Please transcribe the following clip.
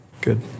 Good